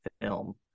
film